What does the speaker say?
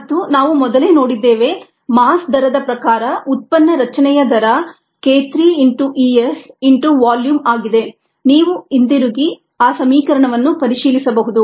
Et SKmS ES ಮತ್ತು ನಾವು ಮೊದಲೇ ನೋಡಿದ್ದೇವೆ ಮಾಸ್ ದರದ ಪ್ರಕಾರ ಉತ್ಪನ್ನ ರಚನೆಯ ದರ k 3 into E S into volume ಆಗಿದೆನೀವು ಹಿಂತಿರುಗಿ ಆ ಸಮೀಕರಣವನ್ನು ಪರಿಶೀಲಿಸಬಹುದು